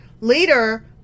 Later